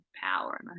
power